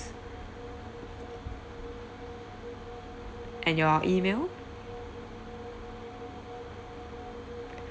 and your email